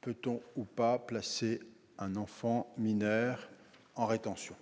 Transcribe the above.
peut-on ou non placer un enfant mineur en rétention,